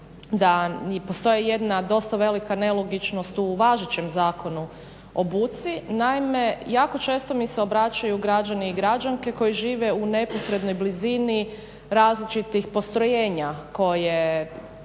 da postoji jedna dosta velika nelogičnost u važećem Zakonu o buci. Naime, jako često mi se obraćaju građani i građanke koji žive u neposrednoj blizini različitih postrojenja koje